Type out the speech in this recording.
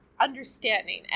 understanding